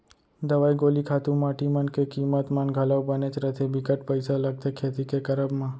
दवई गोली खातू माटी मन के कीमत मन घलौ बनेच रथें बिकट पइसा लगथे खेती के करब म